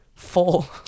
Full